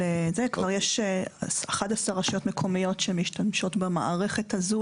כבר יש 11 רשויות מקומיות שמשתמשות במערכת הזאת,